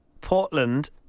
Portland